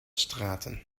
straten